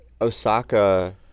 Osaka